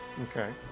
Okay